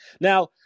Now